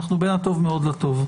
אנחנו בין הטוב מאוד לטוב.